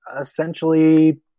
essentially